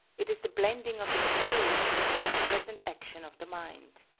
it is the blending of experience with the present action of the mind.